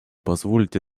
позволить